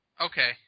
Okay